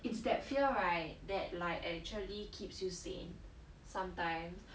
it's that fear right that like actually keeps you safe sometimes